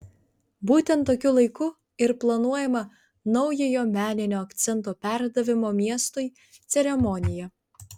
būtent tokiu laiku ir planuojama naujojo meninio akcento perdavimo miestui ceremonija